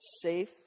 safe